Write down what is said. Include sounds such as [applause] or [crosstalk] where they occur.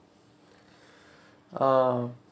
[breath] uh